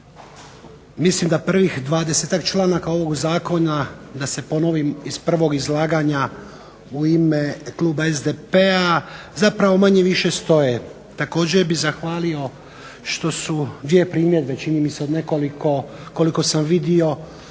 mislim da prvih dvadesetak članaka ovog Zakona da se ponovim iz prvog izlaganja u ime kluba SDP-a zapravo manje više stoje. Također bih zahvalio što su dvije primjedbe čini mi se od nekoliko, koliko sam vidio